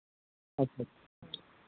ᱟᱪᱪᱷᱟ